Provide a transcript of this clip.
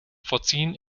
voorzien